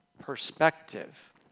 Perspective